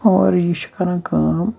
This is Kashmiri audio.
اور یہِ چھِ کران کٲم